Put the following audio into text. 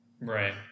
Right